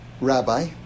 rabbi